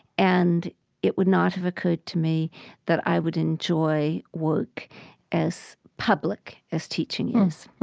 and it would not have occurred to me that i would enjoy work as public as teaching is.